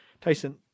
Tyson